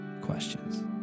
questions